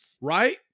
right